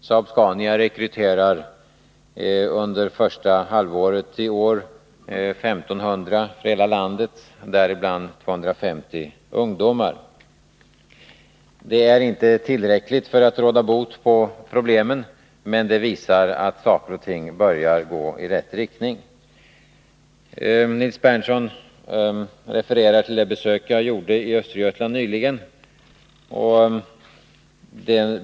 Saab-Scania rekryterar under första halvåret i år 1 500 från hela landet, däribland 250 ungdomar. Det är inte tillräckligt för att råda bot på problemen, men det visar att saker och ting börjar gå i rätt riktning. Nils Berndtson refererar till det besök jag gjorde i Östergötland nyligen.